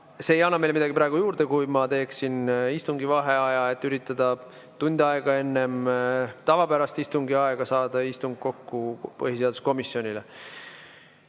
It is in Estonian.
see ei annaks meile midagi praegu juurde, kui ma teeksin istungil vaheaja, et üritada tund aega enne tavapärast istungi aega saada kokku põhiseaduskomisjoni